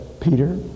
Peter